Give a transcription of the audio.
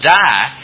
die